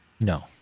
no